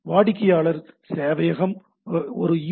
வாடிக்கையாளர் சேவையகம் ஒரு யு